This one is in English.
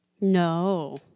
No